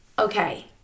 Okay